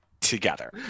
Together